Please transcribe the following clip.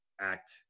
act